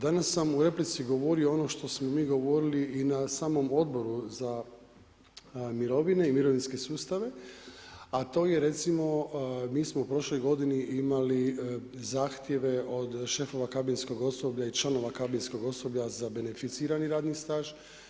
Danas sam u replici govorio ono što smo mi govorili i na samom Odboru za mirovine i mirovinske sustave, a to je, recimo, mi smo u prošloj godini imali zahtjeve od šefova kabinskog osoblja i članova kabinskog osoblja za beneficirani radni staž.